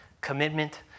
commitment